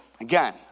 Again